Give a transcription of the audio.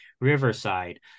Riverside